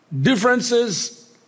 Differences